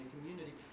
community